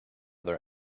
their